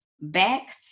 back